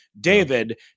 David